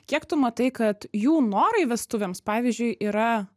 kiek tu matai kad jų norai vestuvėms pavyzdžiui yra